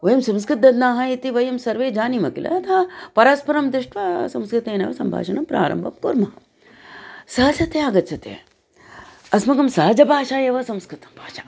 वयं संस्कृतज्ञाः इति वयं सर्वे जानीमः किल अतः परस्परं दृष्ट्वा संस्कृतेनैव सम्भाषणं प्रारम्भं कुर्मः सहजतया आगच्छति अस्माकं सहजभाषा एव संस्कृतभाषा